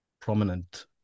prominent